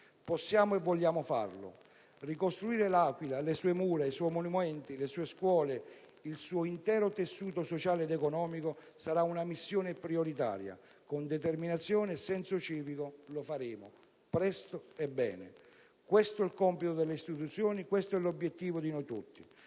possiamo e vogliamo farlo. Ricostruire L'Aquila, le sue mura, i suoi monumenti, le sue scuole e il suo intero tessuto sociale ed economico sarà una missione prioritaria: con determinazione e senso civico lo faremo, presto e bene. Questo è il compito delle istituzioni, questo è l'obiettivo di noi tutti: